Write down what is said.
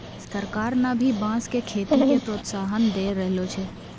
सरकार न भी बांस के खेती के प्रोत्साहन दै रहलो छै